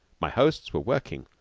my hosts were working,